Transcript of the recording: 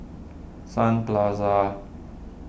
Sun Plaza